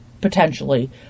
potentially